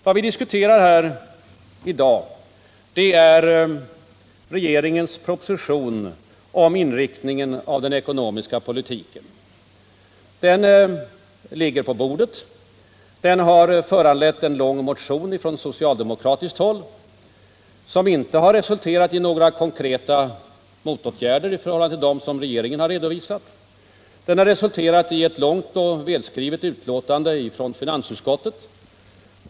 Vad vi diskuterar här i dag är regeringens proposition om inriktningen av den ekonomiska politiken. Den propositionen ligger nu på bordet. Den har föranlett en lång motion från socialdemokratiskt håll, som dock inte har resulterat i några konkreta förslag på åtgärder som avviker från dem regeringen har redovisat. Motionen har resulterat i ett långt och välskrivet yttrande från finansutskottet.